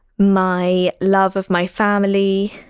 my love of my family,